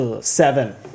seven